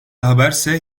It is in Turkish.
haberse